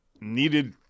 needed